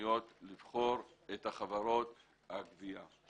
המקומיות לבחור את חברות הגבייה.